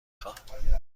خواهم